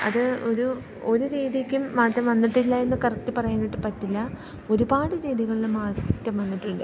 അത് ഒരു ഒരു രീതിയ്ക്കും മാറ്റം വന്നിട്ടില്ല എന്ന് കറക്റ്റ് പറയാനായിട്ട് പറ്റില്ല ഒരുപാടു രീതികളിൽ മാറ്റം വന്നിട്ടുണ്ട്